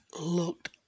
looked